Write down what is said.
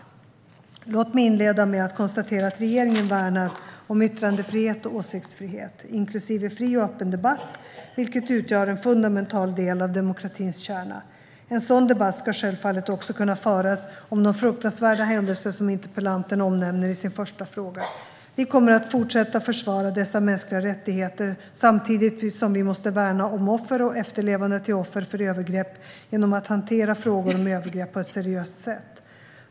Låt mig inleda med att konstatera att regeringen värnar om yttrandefrihet och åsiktsfrihet, inklusive fri och öppen debatt, vilket utgör en fundamental del av demokratins kärna. En sådan debatt ska självfallet också kunna föras om de fruktansvärda händelser som interpellanten omnämner i sin första fråga. Vi kommer att fortsätta att försvara dessa mänskliga rättigheter, samtidigt som vi måste värna om offer och efterlevande till offer för övergrepp genom att hantera frågor om övergrepp på ett seriöst sätt.